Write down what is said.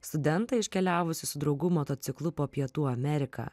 studentą iškeliavusį su draugu motociklu po pietų ameriką